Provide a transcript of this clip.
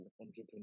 entrepreneur